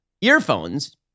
earphones